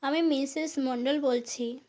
আমি মিসেস মণ্ডল বলছি